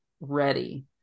ready